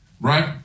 right